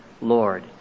Lord